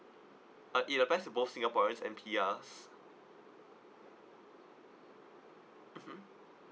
uh it applies to both singaporeans and P_Rs mmhmm